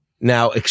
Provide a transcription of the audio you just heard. Now